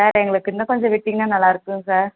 sir எங்களுக்கு இன்னும் கொஞ்சம் விட்டிங்னால் நல்லாயிருக்கும் சார்